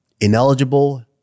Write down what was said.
ineligible